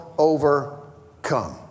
overcome